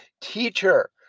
teacher